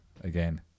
Again